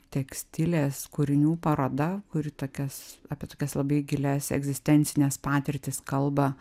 tekstilės kūrinių paroda kuri tokias apie tokias labai gilias egzistencines patirtis kalba